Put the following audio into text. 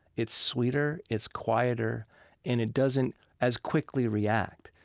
it's sweeter, it's quieter and it doesn't as quickly react.